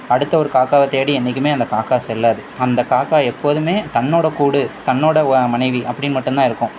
அடுத்த ஒரு காக்காவை தேடி என்றைக்குமே அந்த காக்காய் செல்லாது அந்த காக்காய் எப்போதும் தன்னோடய கூடு தன்னோடய மனைவி அப்படின்னு மட்டும்தான் இருக்கும்